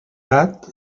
gat